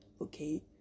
Okay